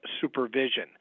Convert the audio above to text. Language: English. supervision